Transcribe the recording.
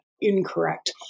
incorrect